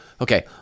Okay